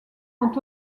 font